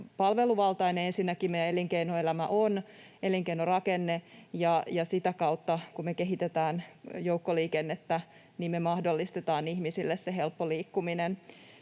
palveluvaltainen on meidän elinkeinoelämämme, elinkeinorakenteemme. Sitä kautta, kun me kehitetään joukkoliikennettä ja me mahdollistetaan ihmisille se helppo liikkuminen,